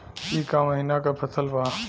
ई क महिना क फसल बा?